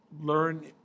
learn –